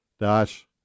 dash